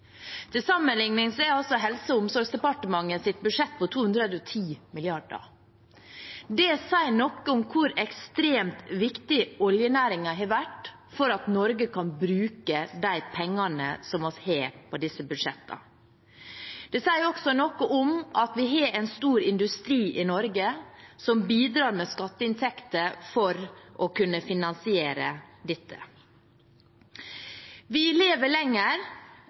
sier noe om hvor ekstremt viktig oljenæringen har vært. Det sier også noe om at vi har en stor industri i Norge som bidrar med skatteinntekter for å kunne finansiere dette. Vi lever lenger,